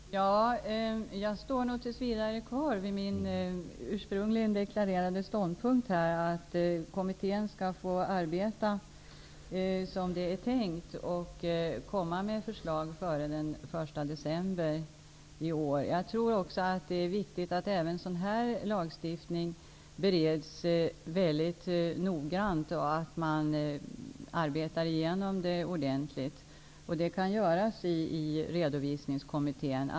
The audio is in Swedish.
Fru talman! Jag står nog tills vidare kvar vid min ursprungligen deklarerade ståndpunkt, nämligen att kommittén skall få arbeta som det är tänkt och komma med förslag före den 1 december i år. Jag tror också att det är viktigt att även sådan här lagstiftning bereds väldigt noggrant och att man arbetar igenom detta ordentligt. Det kan göras i Redovisningskommittén.